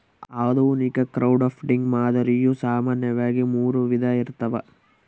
ಆಧುನಿಕ ಕ್ರೌಡ್ಫಂಡಿಂಗ್ ಮಾದರಿಯು ಸಾಮಾನ್ಯವಾಗಿ ಮೂರು ವಿಧ ಇರ್ತವ